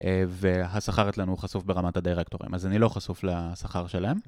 והשכר אצלנו חשוף ברמת הדירקטורים, אז אני לא חשוף לשכר שלהם